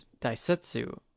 Daisetsu